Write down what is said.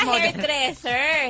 hairdresser